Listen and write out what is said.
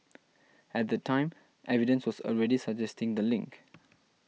at the time evidence was already suggesting the link